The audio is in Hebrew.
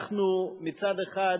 מצד אחד,